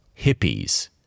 hippies